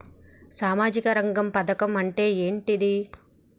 సామాజిక రంగ పథకం అంటే ఏంటిది?